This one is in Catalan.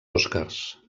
oscars